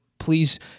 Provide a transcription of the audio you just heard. Please